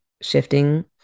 Shifting